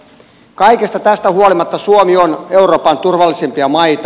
kaikesta tästä huolimatta suomi on euroopan turvallisimpia maita